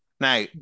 Now